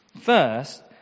first